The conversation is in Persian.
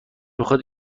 بخواد